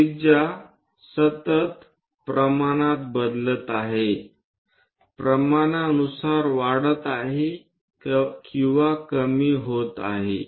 त्रिज्या सतत प्रमाणात बदलत आहे प्रमाणानुसार वाढत आहे किंवा कमी होत आहे